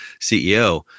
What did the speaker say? CEO